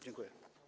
Dziękuję.